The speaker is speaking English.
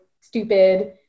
stupid